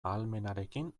ahalmenarekin